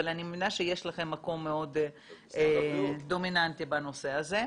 אבל אני מבינה שיש לכם מקום מאוד דומיננטי בנושא הזה.